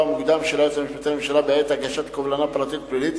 המוקדם של היועץ המשפטי לממשלה בעת הגשת קובלנה פרטית פלילית